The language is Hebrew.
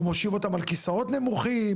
הוא מושיב אותם על כיסאות נמוכים,